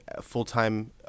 full-time